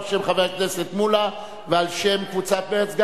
על שם חבר הכנסת מולה ועל שם קבוצת סיעת מרצ.